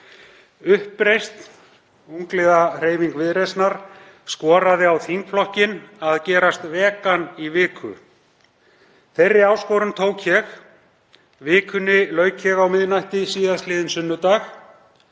Uppreisn, ungliðahreyfing Viðreisnar, skoraði á þingflokkinn að gerast vegan í viku. Þeirri áskorun tók ég og vikunni lauk á miðnætti síðastliðinn sunnudag.